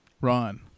Ron